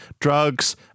Drugs